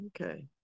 Okay